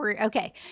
Okay